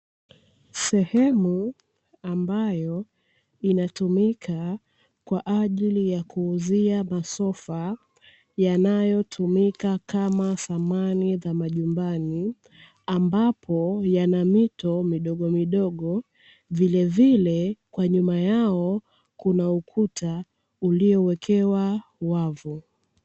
Sehemu ambayo inatumika kwa ajili ya kuuzia masofa yanayotumika kama samani za majumbani, ambapo yana mito midogomidogo; vilevile kwa nyuma yao kuna ukuta uliowekewa wavu.